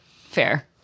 Fair